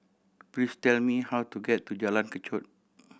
please tell me how to get to Jalan Kechot